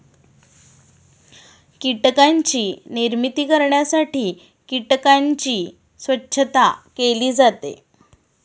कीटकांची निर्मिती करण्यासाठी कीटकांची स्वच्छता केली जाते